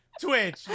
Twitch